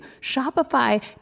Shopify